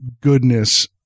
goodness